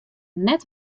net